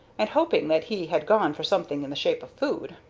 and hoping that he had gone for something in the shape of food.